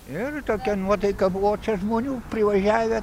ir tokia nuotaika buvo čia žmonių privažiavę